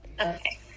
Okay